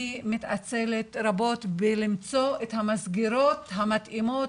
היא מתעצלת רבות בלמצוא את המסגרות המתאימות,